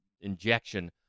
injection